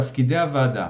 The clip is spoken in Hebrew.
תפקידי הוועדה